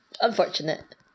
unfortunate